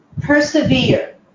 Persevere